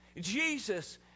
Jesus